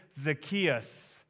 Zacchaeus